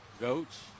Goats